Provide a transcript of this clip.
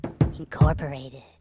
Incorporated